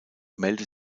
meldete